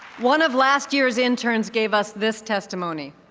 one of last year's interns gave us this testimony.